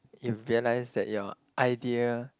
you realise that your idea